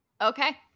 okay